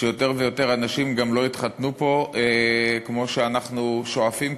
שיותר ויותר אנשים גם לא יתחתנו פה כמו שאנחנו שואפים,